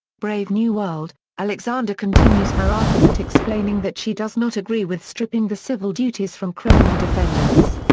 brave new world alexander continues her argument explaining that she does not agree with stripping the civil duties from criminal defendants.